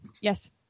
yes